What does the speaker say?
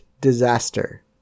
disaster